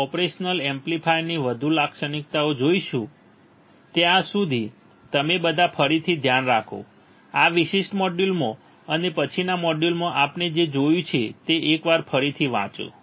operation એમ્પ્લીફાયરની વધુ લાક્ષણિકતાઓ જોઈશું ત્યાં સુધી તમે બધા ફરીથી ધ્યાન રાખો આ વિશિષ્ટ મોડ્યુલમાં અને પછીના મોડ્યુલમાં આપણે જે જોયું છે તે એકવાર ફરીથી વાંચો